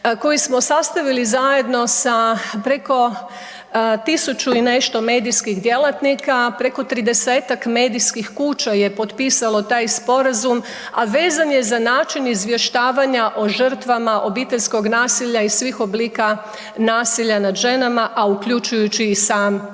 koji smo sastavili zajedno sa preko 1000 i nešto medijskih djelatnika, preko 30-tak medijskih kuća je potpisalo taj sporazum, a vezan je za način izvještavanja o žrtvama obiteljskog nasilja i svih oblika nasilja nad ženama, a uključujući i sam femicid.